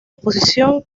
exposición